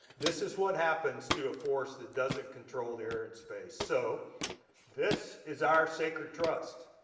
this is what happens to a force that doesn't control the air and space. so this is our sacred trust.